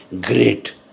great